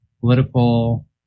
political